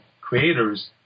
creators